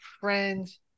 friends